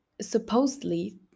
supposedly